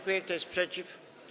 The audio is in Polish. Kto jest przeciw?